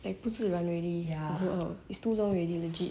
like 不自然 hor hor hor it's too long already legit